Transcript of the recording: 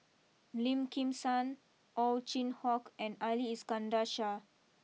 Lim Kim San Ow Chin Hock and Ali Iskandar Shah